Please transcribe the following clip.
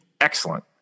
excellent